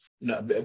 No